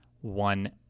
one